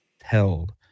held